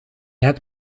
hebt